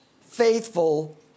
faithful